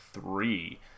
three